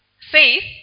faith